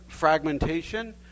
fragmentation